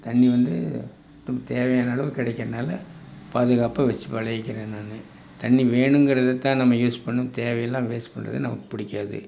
தண்ணி வந்து தேவையான அளவு கிடைக்கிறனால பாதுகாப்பாக வச்சு பழகிக்கிறேன் நான் தண்ணி வேணுங்கிறத தான் நம்ம யூஸ் பண்ணணும் தேவையில்லாமல் வேஸ்ட் பண்ணுறது நமக்கு பிடிக்காது